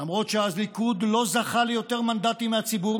למרות שהליכוד לא זכה ליותר מנדטים מהציבור